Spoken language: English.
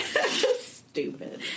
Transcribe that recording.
stupid